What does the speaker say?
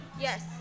Yes